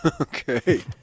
Okay